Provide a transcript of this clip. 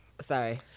Sorry